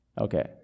Okay